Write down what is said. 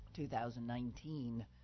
2019